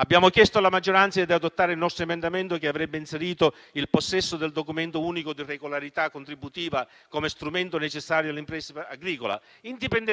Abbiamo chiesto alla maggioranza di adottare il nostro emendamento, che avrebbe inserito il possesso del documento unico di regolarità contributiva come strumento necessario all'impresa agricola, indipendentemente